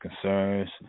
concerns